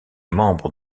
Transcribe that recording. membre